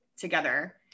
together